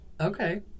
Okay